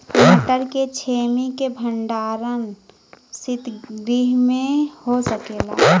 मटर के छेमी के भंडारन सितगृह में हो सकेला?